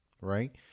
Right